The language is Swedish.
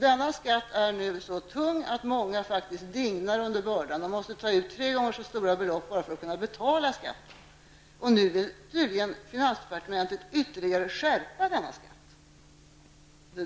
Denna skatt är nu så tung att många faktiskt dignar under bördan och måste ta ut tre gånger så stora belopp som skatten för att kunna betala den. Nu vill tydligen finansdepartementet ytterligare skärpa denna skatt.